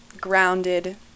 Grounded